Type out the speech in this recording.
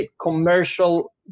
commercial